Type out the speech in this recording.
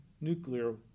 nuclear